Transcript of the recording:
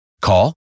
Call